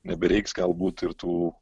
nebereiks galbūt ir tų